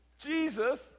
Jesus